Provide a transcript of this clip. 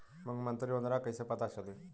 मुख्यमंत्री योजना कइसे पता चली?